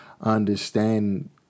understand